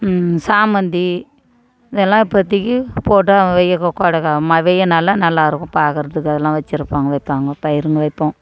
சாமந்தி இது எல்லாம் இப்போதிக்கி போட்டால் வெய்ய கோடை வெய்ய நாளில் நல்லா இருக்கும் பார்க்குறதுக்கு அதுலாம் வைச்சி இருப்பாங்க வைப்பாங்க பயிருங்க வைப்போம்